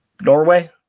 Norway